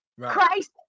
Christ